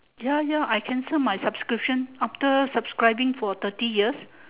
ya ya I cancel my subscription after subscribing for thirty years